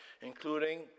including